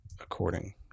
according